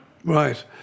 Right